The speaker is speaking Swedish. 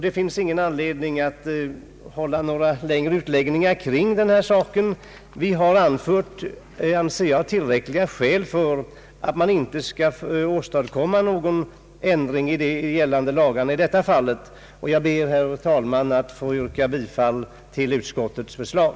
Det finns ingen anledning till några längre utläggningar om detta. Vi anser oss ha anfört tillräckliga skäl för att man inte skall göra någon ändring i gällande lag i detta fall. Jag ber, herr talman, att få yrka bifall till utskottets förslag.